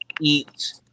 eat